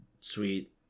sweet